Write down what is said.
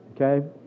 Okay